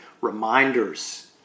reminders